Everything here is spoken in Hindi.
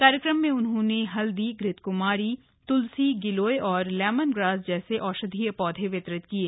कार्यक्रम में उन्होंने हल्दीए घृतक्मारीए तूलसीए गिलोयए लेमन ग्रास जैसे औषधीय पौधे वितरित किये